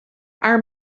our